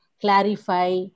clarify